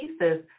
pieces